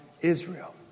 Israel